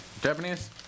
Japanese